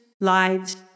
lives